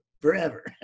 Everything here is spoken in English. forever